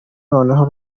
noneho